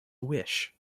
wish